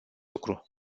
lucru